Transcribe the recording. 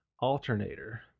alternator